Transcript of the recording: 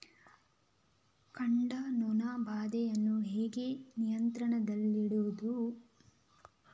ಕಾಂಡ ನೊಣ ಬಾಧೆಯನ್ನು ಹೇಗೆ ನಿಯಂತ್ರಣದಲ್ಲಿಡುವುದು?